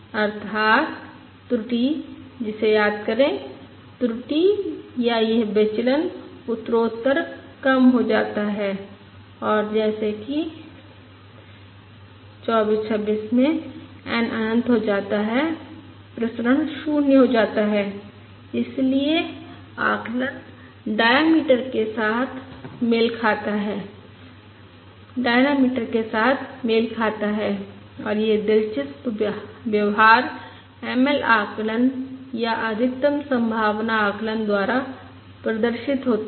अर्थात त्रुटि जिसे याद करें त्रुटि या यह विचलन उत्तरोत्तर कम हो जाता है और जैसे कि में n अनंत हो जाता है प्रसरण 0 हो जाता है और इसलिए आकलन डायनामाइटर के साथ मेल खाता है और यह दिलचस्प व्यवहार ML आकलन या अधिकतम संभावना आकलन द्वारा प्रदर्शित होता है